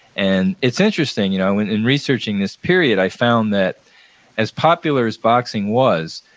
and it's interesting, you know and in researching this period, i found that as popular as boxing was,